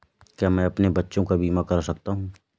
क्या मैं अपने बच्चों का बीमा करा सकता हूँ?